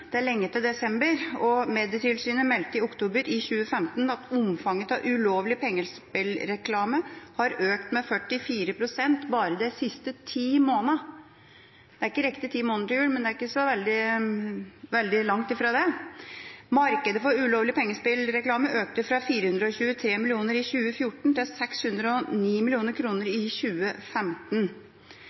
desember, og Medietilsynet meldte i oktober 2015 at omfanget av ulovlig pengespillreklame var økt med 44 pst. bare de siste ti månedene. Det er ikke riktig ti måneder til jul, men det er ikke så veldig langt fra det. Markedet for ulovlig pengespillreklame økte fra 423 mill. kr i 2014 til 609 mill. kr i 2015,